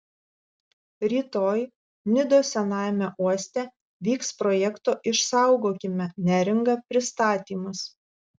rytoj nidos senajame uoste vyks projekto išsaugokime neringą pristatymas